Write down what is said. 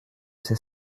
c’est